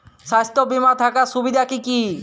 স্বাস্থ্য বিমা থাকার সুবিধা কী কী?